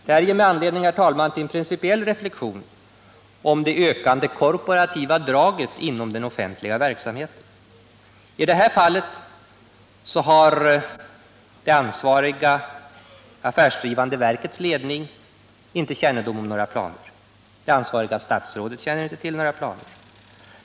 Det ger mig, herr talman, anledning till en principiell reflexion över det ökande korporativa inslaget i den offentliga verksamheten. I detta fall har det ansvariga affärsdrivande verkets ledning inte kännedom om några planer. Det ansvariga statsrådet känner inte heller till några planer.